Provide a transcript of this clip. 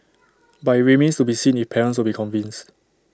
but IT remains to be seen if parents will be convinced